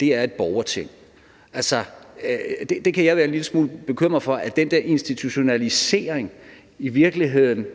det er et borgerting. Altså, jeg kan være en lille smule bekymret for, at den der institutionalisering i virkeligheden